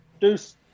Deuce